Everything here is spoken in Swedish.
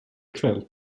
kväll